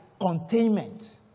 containment